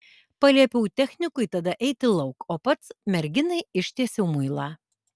paliepiau technikui tada eiti lauk o pats merginai ištiesiau muilą